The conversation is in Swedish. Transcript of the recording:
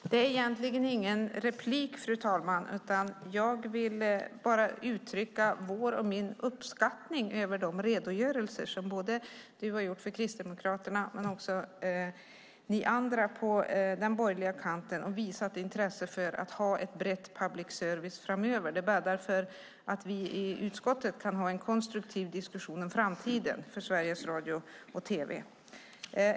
Fru talman! Jag har egentligen ingen replik, utan jag vill bara uttrycka vår och min uppskattning över de redogörelser som du har gjort för Kristdemokraternas del och som också ni andra på den borgerliga kanten har gjort. Ni har visat intresse för att ha ett brett public service framöver. Det bäddar för att vi i utskottet kan ha en konstruktiv diskussion om framtiden för Sveriges radio och tv.